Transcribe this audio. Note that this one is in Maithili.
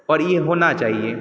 आओर ई होना चाहिए